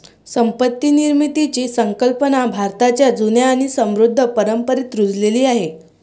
संपत्ती निर्मितीची कल्पना भारताच्या जुन्या आणि समृद्ध परंपरेत रुजलेली आहे